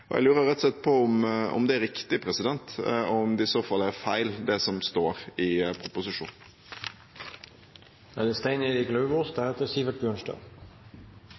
Lektorlaget. Jeg lurer rett og slett på om det er riktig, og om det som står i proposisjonen, i så fall er feil. Det er oppsiktsvekkende at regjeringen i